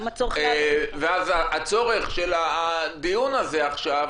הצורך --- הצורך של הדיון הזה עכשיו